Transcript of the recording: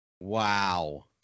Wow